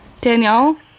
Danielle